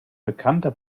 bekannter